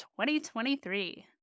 2023